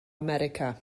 america